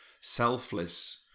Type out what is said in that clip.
selfless